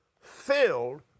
filled